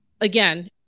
again